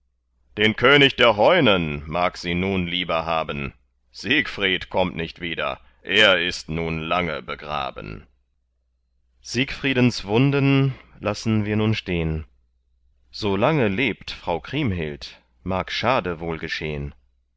den könig der heunen mag sie nun lieber haben siegfried kommt nicht wieder er ist nun lange begraben siegfriedens wunden lassen wir nun stehn so lange lebt frau kriemhild mag schade wohl geschehn